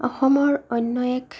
অসমৰ অন্য এক